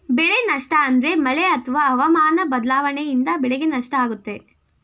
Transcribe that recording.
ಬೆಳೆ ನಷ್ಟ ಅಂದ್ರೆ ಮಳೆ ಅತ್ವ ಹವಾಮನ ಬದ್ಲಾವಣೆಯಿಂದ ಬೆಳೆಗೆ ನಷ್ಟ ಆಗುತ್ತೆ